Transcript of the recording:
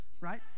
right